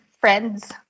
friends